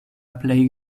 plej